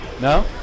No